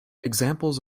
examples